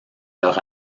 leur